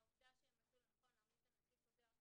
העובדה שהם מצאו לנכון להמליץ על נציג כזה או אחר,